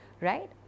Right